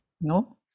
No